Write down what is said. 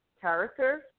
character